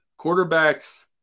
quarterbacks